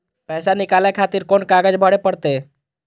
पैसा नीकाले खातिर कोन कागज भरे परतें?